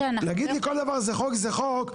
להגיד כל דבר 'זה חוק, זה חוק'.